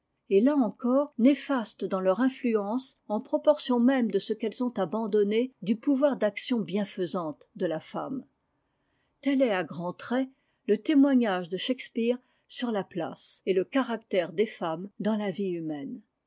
et làencore néfastes dans leur influence en proportion même de ce qu'elles ontabandonné du pouvoir d'action bienfaisante de la femme tel est à grands traits le témoignage de shakespeare sur la place et le caractère des femmes dans la vie humaine